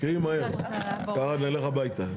תקראי מהר, ככה נלך הביתה.